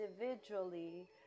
individually